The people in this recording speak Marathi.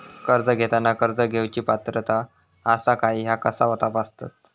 कर्ज घेताना कर्ज घेवची पात्रता आसा काय ह्या कसा तपासतात?